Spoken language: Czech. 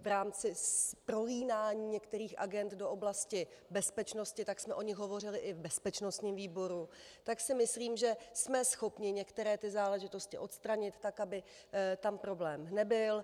v rámci prolínání některých agend do oblasti bezpečnosti, tak jsme o nich hovořili i v bezpečnostním výboru, tak si myslím, že jsme schopni některé záležitosti odstranit tak, aby tam problém nebyl.